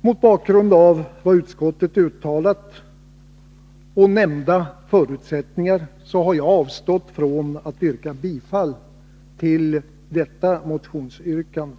Mot bakgrund av vad utskottet uttalat och nämnda förutsättningar har jag avstått från att yrka bifall till detta motionsyrkande.